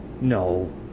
No